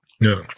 No